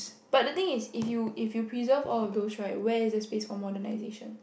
but the thing is if you if you preserve all of those right where is the space for modernization